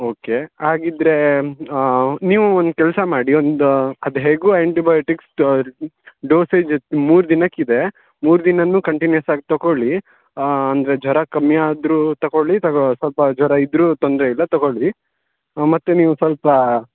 okay ಹಾಗಿದ್ರೆ ನೀವು ಒಂದು ಕೆಲಸ ಮಾಡಿ ಒಂದು ಅದು ಹೇಗೊ ಎಂಟಿಬಯೋಟಿಕ್ಸ್ ತ ಡೊಸೇಜ್ ಜಸ್ಟ್ ಮೂರು ದಿನಕ್ಕೆ ಇದೆ ಮೂರು ದಿನವೂ ಕಂಟಿನ್ಯೂಸ್ ಆಗಿ ತಗೊಳ್ಳಿ ಅಂದರೆ ಜ್ವರ ಕಮ್ಮಿ ಆದರೂ ತಗೊಳ್ಳಿ ತಗೋ ಸ್ವಲ್ಪ ಜ್ವರ ಇದ್ದರೂ ತೊಂದರೆ ಇಲ್ಲ ತಗೊಳ್ಳಿ ಮತ್ತು ನೀವು ಸ್ವಲ್ಪಾ